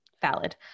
valid